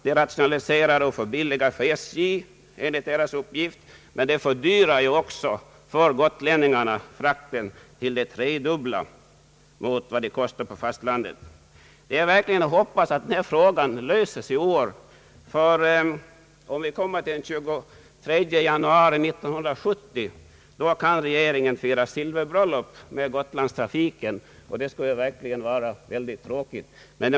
Detta rationaliserar och förbilligar driften för SJ, men det fördyrar ju också frakten för gotlänningarna till det tredubbla i förhållande till vad det kostar på fastlandet. Det är verkligen att hoppas att denna fråga löses i år. Om vi kommer till den 23 januari 1970, kan nämligen regeringen fira silverbröllop med gotlandstrafiken, och det skulle verkligen vara tråkigt.